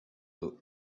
look